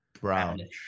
brownish